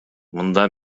мында